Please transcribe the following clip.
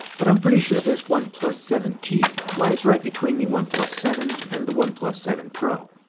but i'm pretty sure this oneplus seven t lies right between the oneplus seven and the oneplus seven pro.